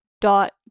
dot